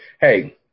hey